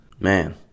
Man